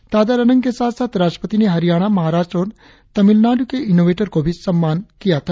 तादर अनांग के साथ साथ राष्ट्रपति ने हरियाणा महाराष्ट्र और तामिलनाडु के इन्नोवेटर को भी सम्मान प्रदान किया था